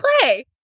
play